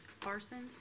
Parsons